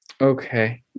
Okay